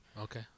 Okay